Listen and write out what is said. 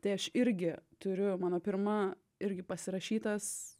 tai aš irgi turiu mano pirma irgi pasirašytas